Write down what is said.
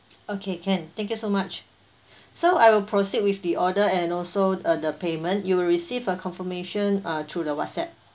okay can thank you so much so I will proceed with the order and also uh the payment you will receive a confirmation uh through the WhatsApp